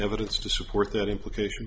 evidence to support that implication